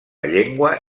llengua